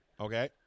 Okay